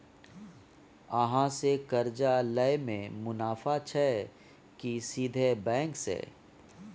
अहाँ से कर्जा लय में मुनाफा छै की सीधे बैंक से?